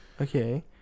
Okay